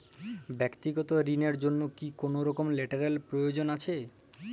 ব্যাক্তিগত ঋণ র জন্য কি কোনরকম লেটেরাল প্রয়োজন আছে?